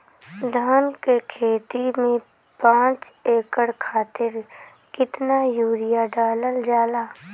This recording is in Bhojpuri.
धान क खेती में पांच एकड़ खातिर कितना यूरिया डालल जाला?